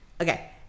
Okay